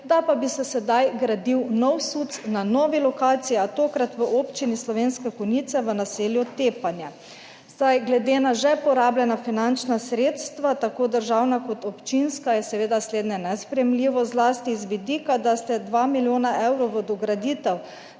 da bi se sedaj gradil nov SUC na novi lokaciji, a tokrat v občini Slovenske Konjice, v naselju Tepanje. Glede na že porabljena finančna sredstva, tako državna kot občinska, je seveda slednje nesprejemljivo, zlasti z vidika, da ste 2 milijona evrov v dograditev